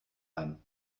ein